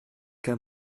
qu’à